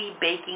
baking